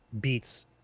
beats